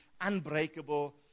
unbreakable